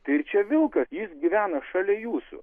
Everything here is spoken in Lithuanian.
tai ir čia vilkas jis gyvena šalia jūsų